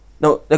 No